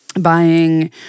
buying